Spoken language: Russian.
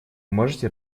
можете